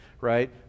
right